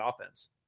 offense